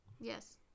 Yes